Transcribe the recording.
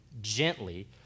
gently